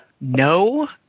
No